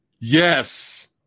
Yes